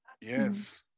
Yes